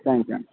thank you అండి